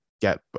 get